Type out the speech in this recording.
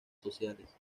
sociales